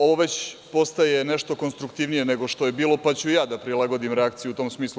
Ovo već postaje nešto konstruktivnije nego što je bilo, pa ću da prilagodim reakciju u tom smislu.